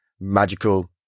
magical